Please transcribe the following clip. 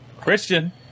Christian